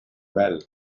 well